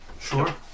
Sure